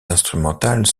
instrumentales